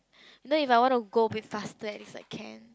then if I want to go a bit faster at least I can